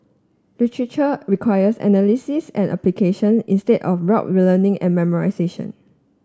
literature requires analysis and application instead of rote learning and memorisation